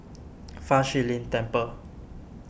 Fa Shi Lin Temple